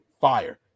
fire